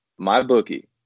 MyBookie